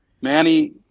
Manny